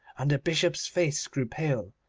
and the bishop's face grew pale,